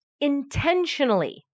intentionally